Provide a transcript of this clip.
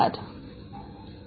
keywords sift surf fast brief